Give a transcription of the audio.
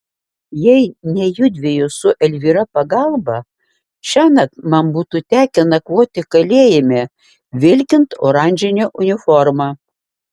jei ne judviejų su elvyra pagalba šiąnakt man būtų tekę nakvoti kalėjime vilkint oranžinę uniformą